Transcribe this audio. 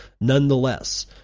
Nonetheless